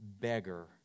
beggar